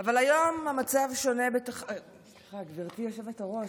"אבל היום המצב שונה" סליחה, גברתי היושבת-ראש.